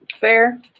Fair